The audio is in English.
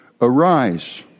Arise